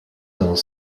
dans